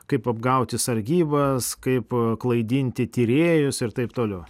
kaip apgauti sargybas kaip klaidinti tyrėjus ir taip toliau